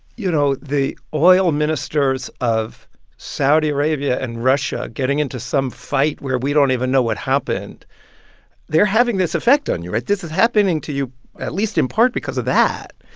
you know, the oil ministers of saudi arabia and russia getting into some fight where we don't even know what happened they're having this effect on you, right? this is happening to you at least in part because of that.